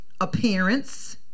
appearance